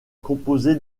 composé